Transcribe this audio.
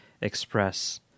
express